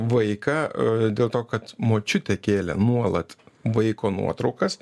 vaiką dėl to kad močiutė kėlė nuolat vaiko nuotraukas